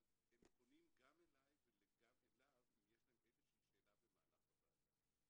אבל הם פונים גם אליי וגם אליו אם יש להם איזושהי שאלה במהלך הוועדה.